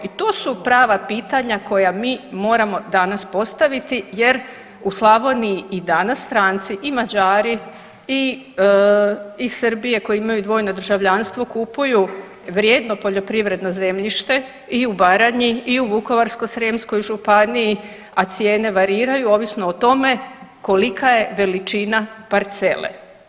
I to su prava pitanja koja mi moramo danas postaviti jer u Slavoniji i danas stranci i Mađari i iz Srbije koji imaju dvojno državljanstvo kupuju vrijedno poljoprivredno zemljište i u Baranji i u Vukovarsko-srijemskoj županiji, a cijene variraju ovisno o tome kolika je veličina parcele.